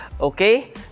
Okay